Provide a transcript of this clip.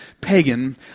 pagan